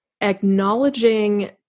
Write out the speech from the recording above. acknowledging